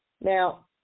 Now